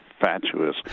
fatuous